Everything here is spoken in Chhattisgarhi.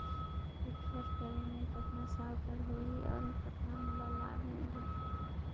फिक्स्ड करे मे कतना साल कर हो ही और कतना मोला लाभ मिल ही?